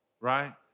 right